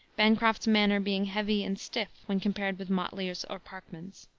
bancroft's manner being heavy and stiff when compared with motley's or parkman's.